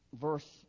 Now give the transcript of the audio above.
verse